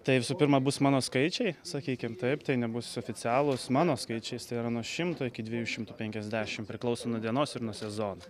tai visų pirma bus mano skaičiai sakykim taip tai nebus oficialūs mano skaičiais tai yra nuo šimto iki dviejų šimtų penkiasdešim priklauso nuo dienos ir nuo sezono